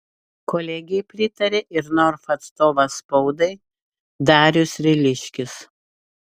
kolegei pritarė ir norfa atstovas spaudai darius ryliškis